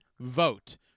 vote